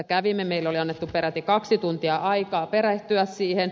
meille oli annettu peräti kaksi tuntia aikaa perehtyä siihen